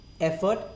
effort